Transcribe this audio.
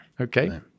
okay